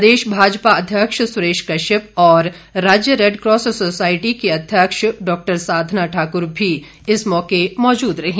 प्रदेश भाजपा अध्यक्ष सुरेश कश्यप और राज्य रैड कॉस सोयायटी की अध्यक्ष डॉ साधना ठाकुर भी इस मौके मौजूद रहीं